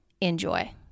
Enjoy